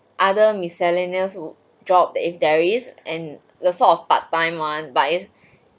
other miscellaneous job if there is and the sort of part time one but its